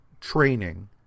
training